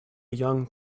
young